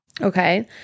Okay